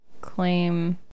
claim